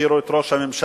שהכירו את ראש הממשלה,